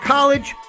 College